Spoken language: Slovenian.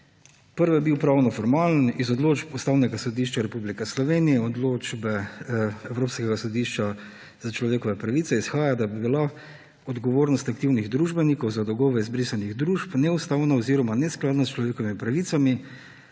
Prvi je bil formalnopravni, iz odločb Ustavnega sodišča Republike Slovenije, odločbe Evropskega sodišča za človekove pravice izhaja, da bi bila odgovornost aktivnih družbenikov za dolgove izbrisanih družb neustavna oziroma neskladna s človekovimi pravicami